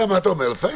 אתה יודע